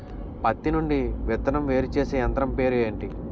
పత్తి నుండి విత్తనం వేరుచేసే యంత్రం పేరు ఏంటి